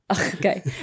Okay